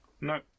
No